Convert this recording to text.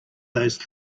those